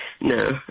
No